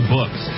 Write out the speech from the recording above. Books